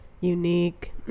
unique